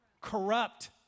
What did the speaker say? corrupt